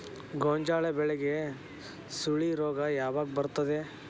ಗೋಂಜಾಳ ಬೆಳೆಗೆ ಸುಳಿ ರೋಗ ಯಾವಾಗ ಬರುತ್ತದೆ?